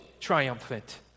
triumphant